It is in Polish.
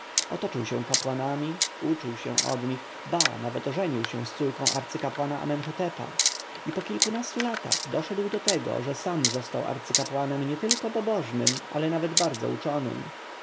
otoczył się kapłanami uczył się od nich ba nawet ożenił się z córką arcykapłana amenhotepa i po kilkunastu latach doszedł do tego że sam został arcykapłanem nietylko pobożnym ale nawet bardzo uczonym